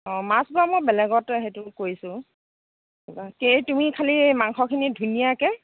অঁ মাছ বাৰু মই বেলেগত সেইটো কৰিছোঁ বাকী সেই তুমি খালি সেই মাংসখিনি ধুনীয়াকে